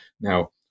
Now